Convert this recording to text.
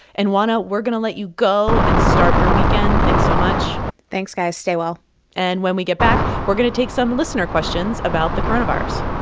and, juana, we're going to let you go and start your weekend. thanks so much thanks, guys. stay well and when we get back, we're going to take some listener questions about the coronavirus